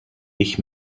ich